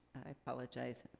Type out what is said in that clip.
i apologize, and